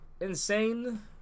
insane